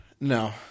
No